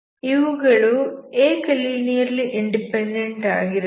ಇವುಗಳು ಏಕೆ linearly independent ಆಗಿರುತ್ತವೆ